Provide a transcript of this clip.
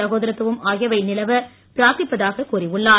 சகோதரத்துவம் ஆகியவை நிலவ பிராத்திப்பதாக கூறியுள்ளார்